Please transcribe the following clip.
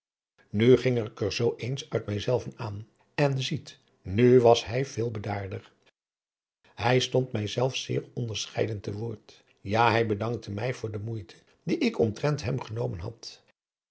ik er zoo eens uit mij zelven aan en ziet nu was hij veel bedaarder hij stond mij zelfs zeer onderscheiden te woord ja hij bedankte mij voor de moeite die ik omtrent hem genomen had